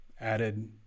added